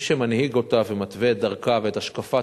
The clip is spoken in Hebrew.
מי שמנהיג אותה ומתווה את דרכה ואת השקפת